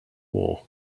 war